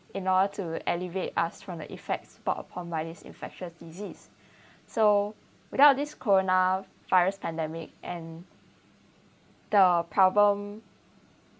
in order to alleviate us from the effects brought upon by this infectious disease so without this corona virus pandemic and the problem